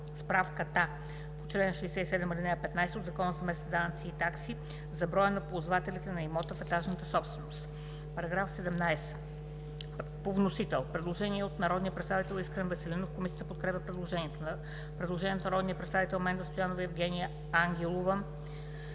справката по чл. 67, ал. 15 от Закона за местните данъци и такси за броя на ползвателите на имоти в етажната собственост.“ По § 17 по вносител – предложение от народния представител Искрен Веселинов. Комисията подкрепя предложението. Предложение от народните представители Менда Стоянова и Евгения Ангелова.